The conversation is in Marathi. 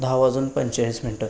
दहा वाजून पंचेचाळीस मिनटं